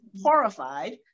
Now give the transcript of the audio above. Horrified